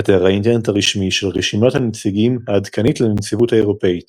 אתר האינטרנט הרשמי של רשימת הנציגים העדכנית לנציבות האירופית